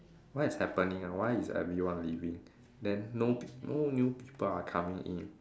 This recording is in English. what is happening ah why is everyone leaving then no no new people are coming in